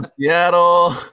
Seattle